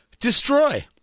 Destroy